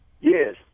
Yes